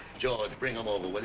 george, bring them over,